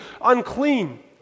unclean